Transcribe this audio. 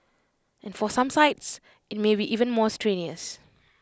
and for some sites IT may be even more strenuous